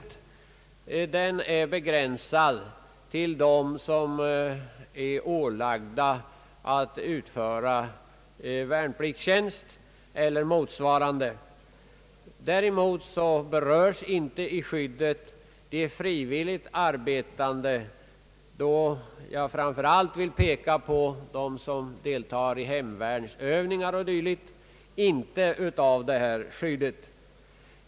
Den kretsen är begränsad till dem som är ålagda att utföra värnpliktstjänst eller motsvarande tjänstgöring. Däremot berörs inte de frivilligt arbetande av detta skydd. Jag vill framför allt peka på dem som deltar i hemvärnsövningar och dylikt.